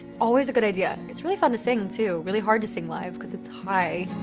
always a good idea. it's really fun to sing, too. really hard to sing live cause it's high.